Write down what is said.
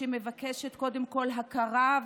שמבקשת קודם כול הכרה,